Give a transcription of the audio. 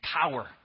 power